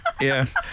Yes